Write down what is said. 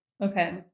Okay